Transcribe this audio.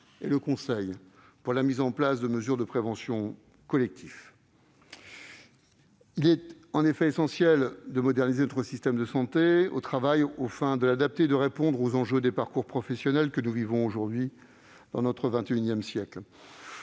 et le conseil pour la mise en place de mesures de prévention collective. Il est en effet essentiel de moderniser notre système de santé au travail afin de l'adapter et de répondre aux enjeux des parcours professionnels du XXI siècle. Le Gouvernement et l'ensemble